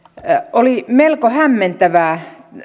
oli melko hämmentävää